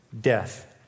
death